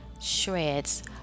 shreds